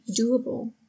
doable